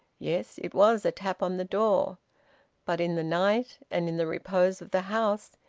yes, it was a tap on the door but in the night, and in the repose of the house,